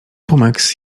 pumeks